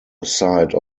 side